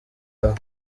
aha